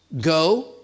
Go